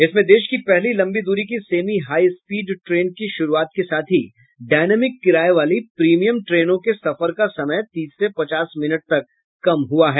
इसमें देश की पहली लंबी दूरी की सेमी हाईस्पीड ट्रेन की शुरूआत के साथ ही डायनेमिक किराए वाली प्रीमियम ट्रेनों के सफर का समय तीस से पचास मिनट तक कम हुआ है